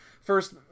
first